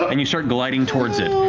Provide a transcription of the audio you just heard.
but and you start gliding towards it,